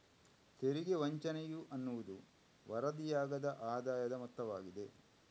ತೆರಿಗೆ ವಂಚನೆಯ ಅನ್ನುವುದು ವರದಿಯಾಗದ ಆದಾಯದ ಮೊತ್ತವಾಗಿದೆ